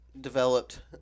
developed